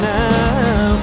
now